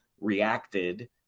reacted